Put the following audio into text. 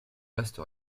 reste